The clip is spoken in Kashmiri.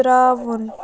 ترٛاوُن